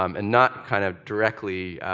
um and not kind of directly